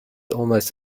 almost